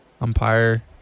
Umpire